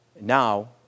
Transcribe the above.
now